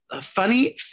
funny